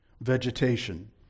Vegetation